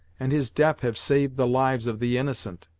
and his death have saved the lives of the innocent.